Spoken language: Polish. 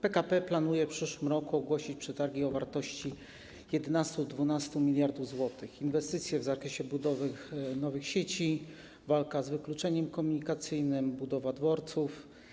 PKP planuje w przyszłym roku ogłosić przetargi o wartości 11 i 12 mld zł - inwestycje w zakresie budowy nowych sieci, walka z wykluczeniem komunikacyjnym, budowa dworców.